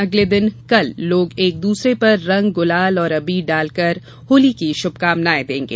अगले दिन कल लोग एक दूसरे पर रंग गुलाल और अबीर डालकर होली की शुभकामनाएं देंगे